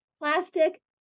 plastic